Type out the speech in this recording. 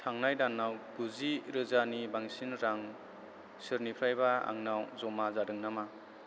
थांनाय दानाव गुजि रोजानि बांसिन रां सोरनिफ्रायबा आंनाव जमा जादों नामा